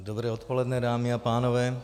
Dobré odpoledne, dámy a pánové.